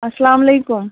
السلامُ علیکُم